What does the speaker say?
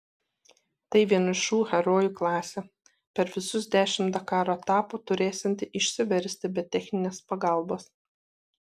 tai vienišų herojų klasė per visus dešimt dakaro etapų turėsianti išsiversti be techninės pagalbos